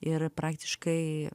ir praktiškai